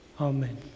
Amen